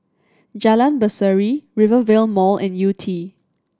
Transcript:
Jalan Berseri Rivervale Mall and Yew Tee